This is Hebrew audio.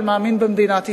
אבל מאמין במדינת ישראל,